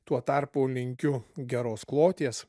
tuo tarpu linkiu geros kloties